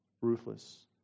ruthless